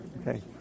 Okay